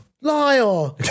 Liar